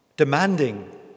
demanding